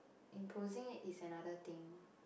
imposing it's another thing